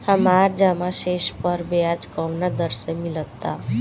हमार जमा शेष पर ब्याज कवना दर से मिल ता?